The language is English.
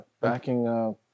backing